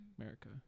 america